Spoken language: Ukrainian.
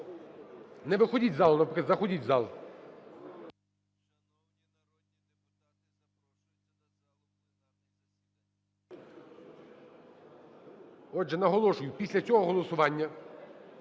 Не виходіть із залу, навпаки – заходіть в зал. Отже, наголошую, після цього голосування